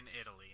Italy